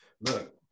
look